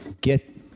get